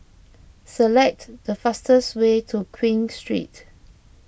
select the fastest way to Queen Street